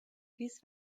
dies